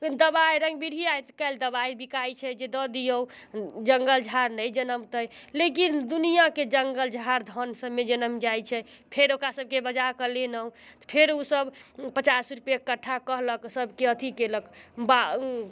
दबाइ रङ्ग बिरही आइ कल्हि दबाइ बिकाइ छै जे दऽ दियौ जङ्गल झाड़ नहि जनमतै लेकिन दुनिआँके जङ्गल झाड़ धन सभमे जनमि जाइ छै फेर ओकरा सभके बजाकऽ लेनहुँ तऽ फेर उ सभ पचास रुपये कट्ठा कहलक सभके अथी केलक बाउ